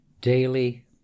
Daily